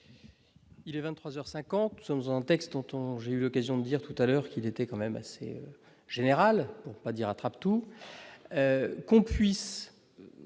Il est 23 heures 50, nous sommes en un texte, j'ai eu l'occasion de dire tout à l'heure qu'il était quand même assez général, pour pas dire attrape-tout qu'on puisse